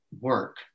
work